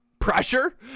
pressure